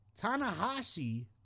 Tanahashi